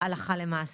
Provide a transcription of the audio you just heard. הלכה למעשה.